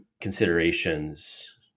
considerations